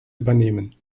übernehmen